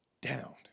down